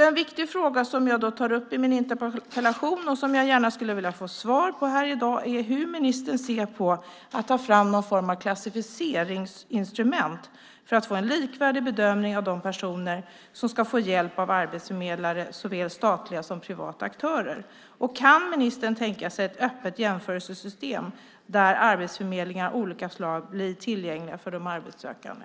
En viktig fråga som jag tar upp i min interpellation och som jag gärna skulle vilja få svar på i dag är hur ministern ser på att ta fram någon form av klassificeringsinstrument för att få en likvärdig bedömning av de personer som ska få hjälp av arbetsförmedlare, såväl statliga som privata aktörer. Kan ministern tänka sig ett öppet jämförelsesystem där arbetsförmedlingar av olika slag blir tillgängliga för de arbetssökande?